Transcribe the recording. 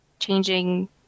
changing